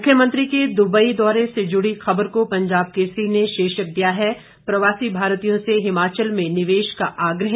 मुख्यमंत्री के दुबई दौरे से जुड़ी खबर को पंजाब केसरी ने शीर्षक दिया है प्रवासी भारतीयों से हिमाचल में निवेश का आग्रह